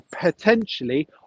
potentially